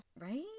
right